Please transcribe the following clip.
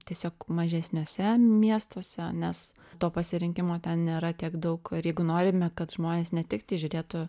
tiesiog mažesniuose miestuose nes to pasirinkimo ten nėra tiek daug ir jeigu norime kad žmonės ne tiktai žiūrėtų